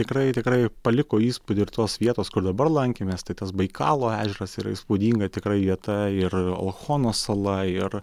tikrai tikrai paliko įspūdį ir tos vietos kur dabar lankėmės tai tas baikalo ežeras yra įspūdinga tikrai vieta ir olchono sala ir